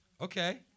Okay